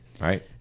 right